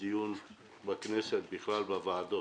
בוועדות הכנסת הנוכחית.